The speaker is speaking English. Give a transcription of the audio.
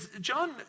John